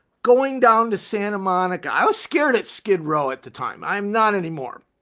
going down to santa monica. i was scared at skid row at the time, i'm not anymore.